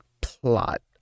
plot